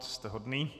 Jste hodný.